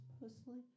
personally